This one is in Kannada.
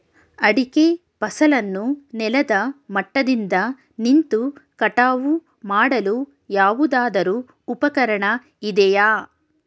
ಅಡಿಕೆ ಫಸಲನ್ನು ನೆಲದ ಮಟ್ಟದಿಂದ ನಿಂತು ಕಟಾವು ಮಾಡಲು ಯಾವುದಾದರು ಉಪಕರಣ ಇದೆಯಾ?